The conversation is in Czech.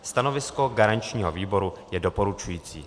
Stanovisko garančního výboru je doporučující.